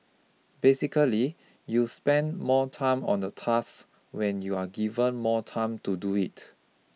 basically you spend more time on a task when you are given more time to do it